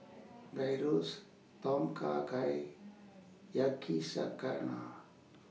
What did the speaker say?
Gyros Tom Kha Gai Yakizakana